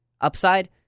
upside